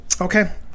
okay